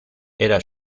era